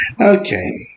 Okay